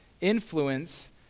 influence